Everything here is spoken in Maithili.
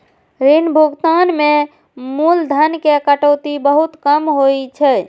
ऋण भुगतान मे मूलधन के कटौती बहुत कम होइ छै